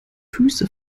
füße